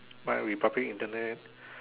my republic Internet